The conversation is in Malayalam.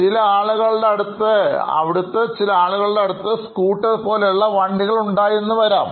ചില ആളുകളുടെ അടുത്ത് നമ്മുടെ സ്കൂട്ടർ പോലെയുള്ള വണ്ടികൾ ഉണ്ടായെന്നു വരാം